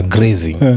Grazing